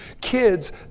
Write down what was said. Kids